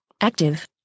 Active